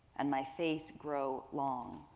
and my face grow long.